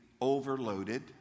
overloaded